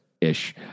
Ish